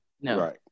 no